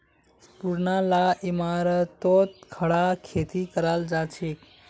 पुरना ला इमारततो खड़ा खेती कराल जाछेक